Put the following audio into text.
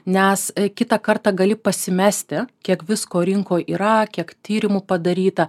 nes kitą kartą gali pasimesti kiek visko rinkoj yra kiek tyrimu padaryta